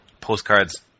postcards